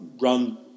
run